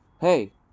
hey